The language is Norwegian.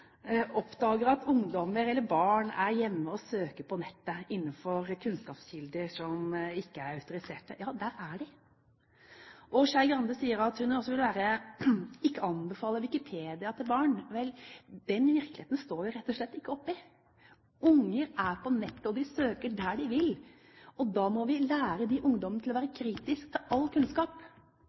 oppdager at ungdommer eller barn er hjemme og søker på nettet innenfor kunnskapskilder som ikke er autorisert, må jeg skuffe ham med å si at ja, der er de! Og representanten Skei Grande sier at hun ikke vil anbefale Wikipedia til barn – vel, den virkeligheten står vi rett og slett ikke oppe i. Barn er på nettet, og de søker der de vil. Da må vi lære dem å være kritiske til all kunnskap